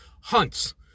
hunts